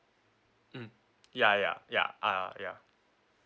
mm ya ya ya ah ya